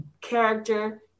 character